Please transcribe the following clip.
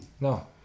No